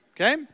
Okay